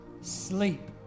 sleep